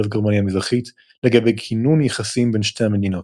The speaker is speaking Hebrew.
וגרמניה המזרחית לגבי כינון יחסים בין שתי המדינות.